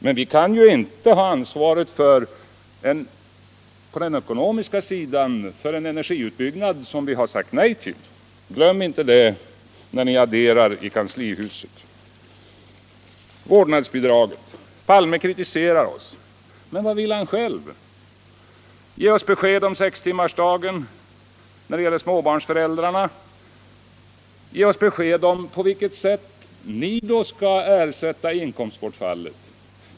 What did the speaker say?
Men vi kan inte ha ekonomiskt ansvar för en energiutbyggnad som vi har sagt nej till. Glöm inte det när ni adderar i kanslihuset. Så till frågan om vårdnadsbidraget. Herr Palme kritiserar oss. Men vad vill han själv? Ge oss besked om sextimmarsdagen för småbarnsföräldrarna! Ge oss besked om på vilket sätt ni skall ersätta inkomstbortfallet!